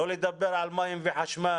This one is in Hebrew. שלא לדבר על מים וחשמל.